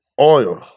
Oil